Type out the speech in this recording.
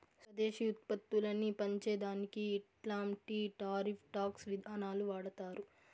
స్వదేశీ ఉత్పత్తులని పెంచే దానికి ఇట్లాంటి టారిఫ్ టాక్స్ విధానాలు వాడతారు